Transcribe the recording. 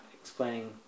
explaining